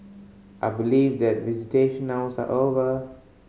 I believe that visitation hours are over